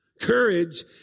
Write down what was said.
Courage